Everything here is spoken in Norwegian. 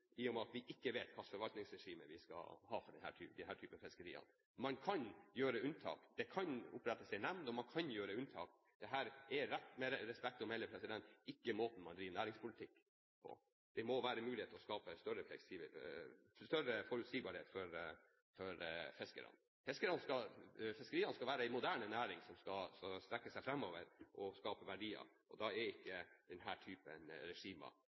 i og med at vi ikke vet hva slags forvaltningsregime vi skal ha for disse fiskeriene. Men man kan gjøre unntak. Det kan opprettes en nemnd, og man kan gjøre unntak. Dette er med respekt å melde ikke måten man driver næringspolitikk på. Det må være mulig å skape større forutsigbarhet for fiskerne. Fiskeriene skal inngå i en moderne næring som skal se framover og skape verdier. Da er ikke